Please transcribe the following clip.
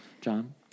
John